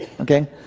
Okay